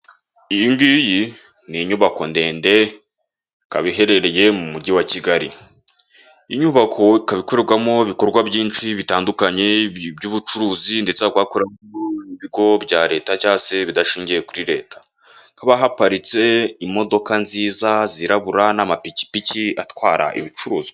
Iyi ngiyi ni inyubako ndende, ikaba iherereye mu Mujyi wa Kigali, iyi nyubako ikaba ikorerwamo ibikorwa byinshi bitandukanye iby'ubucuruzi ndetse hakaba hakoreramo ibigo bya Leta, cyangwa se ibidashingiye kuri Leta, hakaba haparitse imodoka nziza zirabura n'amapikipiki atwara ibicuruzwa.